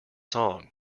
song